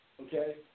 Okay